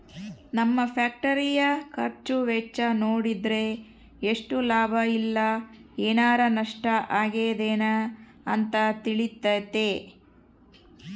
ನಮ್ಮ ಫ್ಯಾಕ್ಟರಿಯ ಖರ್ಚು ವೆಚ್ಚ ನೋಡಿದ್ರೆ ಎಷ್ಟು ಲಾಭ ಇಲ್ಲ ಏನಾರಾ ನಷ್ಟ ಆಗಿದೆನ ಅಂತ ತಿಳಿತತೆ